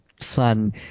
son